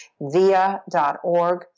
via.org